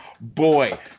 Boy